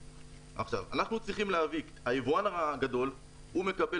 אנחנו צריכים להבין שהיבואן הגדול הוא מקבל